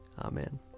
Amen